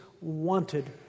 wanted